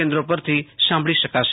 કેન્દ્રો પરથી સાંભળી શકાશે